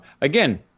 again